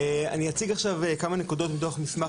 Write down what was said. אני אציג עכשיו כמה נקודות מתוך מסמך